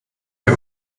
wir